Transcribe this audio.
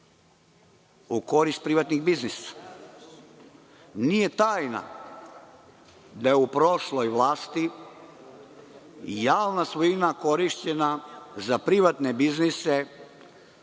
u korist privatnih biznisa. Nije tajna da je u prošloj vlasti javna svojina korišćena za privatne biznise